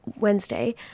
Wednesday